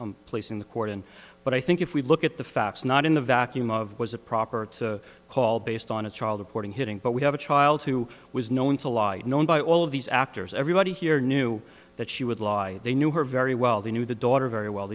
f place in the court and but i think if we look at the facts not in the vacuum of was a proper to call based on a child reporting hitting but we have a child who was known to lie known by all of these actors everybody here knew that she would lie they knew her very well they knew the daughter very well